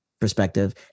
perspective